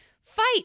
Fight